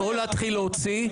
או להתחיל להוציא,